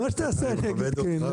מה שתעשה, אני אגיד כן.